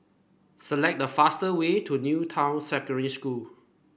select the fastest way to New Town Secondary School